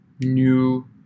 new